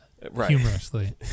humorously